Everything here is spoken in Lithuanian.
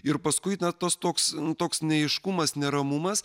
ir paskui tas toks toks neaiškumas neramumas